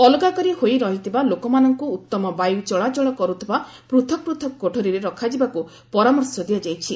ଅଲଗା କରି ହୋଇ ରହିଥିବା ଲୋକମାନଙ୍କୁ ଉତ୍ତମ ବାୟୁ ଚଳାଚଳ କରୁଥିବା ପୃଥକ ପୃଥକ କୋଠରୀରେ ରଖାଯିବାକୁ ପରାମର୍ଶ ଦିଆଯାଇଛି